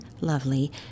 lovely